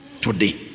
today